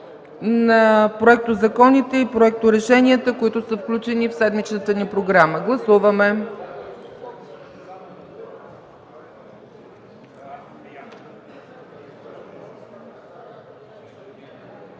на проектозаконите и проекторешенията, които са включени в седмичната ни програма. Гласували